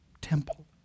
temple